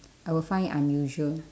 I will find it unusual